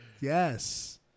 Yes